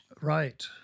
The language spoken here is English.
Right